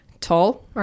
Tall